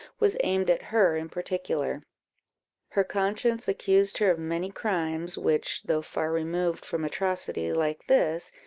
was aimed at her in particular her conscience accused her of many crimes, which, though far removed from atrocity like this,